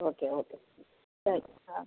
okay okay சரி ஆ